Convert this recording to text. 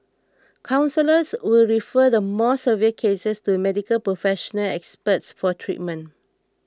counsellors will refer the more severe cases to Medical Professional Experts for treatment